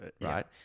right